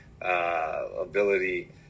ability